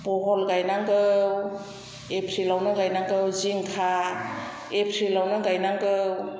भल गायनांगौ एप्रिलआवनो गायनांगौ जिंखा एप्रिलआवनो गायनांगौ